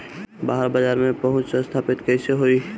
बाहर बाजार में पहुंच स्थापित कैसे होई?